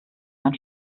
ganz